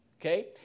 okay